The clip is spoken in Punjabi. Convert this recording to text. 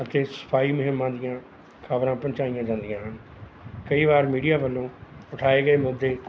ਅਤੇ ਸਫਾਈ ਮੁਹਿੰਮਾਂ ਦੀਆਂ ਖਬਰਾਂ ਪਹੁੰਚਾਈਆਂ ਜਾਂਦੀਆਂ ਹਨ ਕਈ ਵਾਰ ਮੀਡੀਆ ਵੱਲੋਂ ਉਠਾਏ ਗਏ ਮੁੱਦੇ